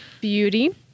Beauty